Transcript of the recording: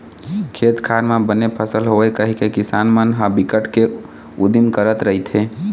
खेत खार म बने फसल होवय कहिके किसान मन ह बिकट के उदिम करत रहिथे